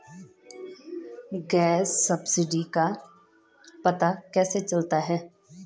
Gas subsidy का पता कैसे चलता है?